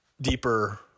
deeper